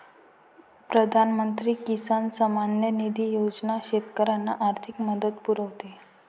प्रधानमंत्री किसान सन्मान निधी योजना शेतकऱ्यांना आर्थिक मदत पुरवते